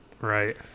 Right